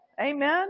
Amen